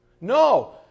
No